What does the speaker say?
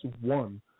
one